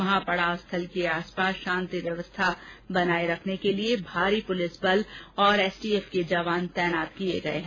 महापड़ाव स्थल के आसपास शाति व्यवस्था बनाये रेखने के लिए भारी पुलिस बल और एसटीएफ के जवान तैनात किए गए हैं